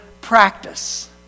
practice